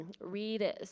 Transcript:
read